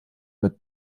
mit